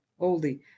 oldie